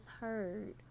heard